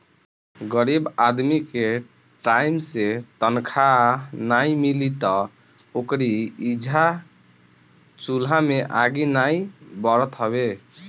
गरीब आदमी के टाइम से तनखा नाइ मिली तअ ओकरी इहां चुला में आगि नाइ बरत हवे